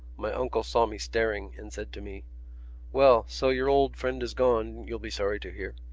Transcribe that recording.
my uncle saw me staring and said to me well, so your old friend is gone, you'll be sorry to hear.